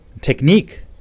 technique